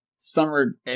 Summer